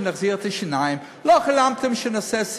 לא חלמתם שנחזיר את טיפולי השיניים,